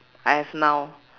I have now